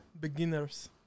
beginners